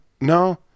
no